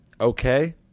Okay